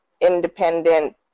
independent